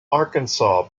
arkansas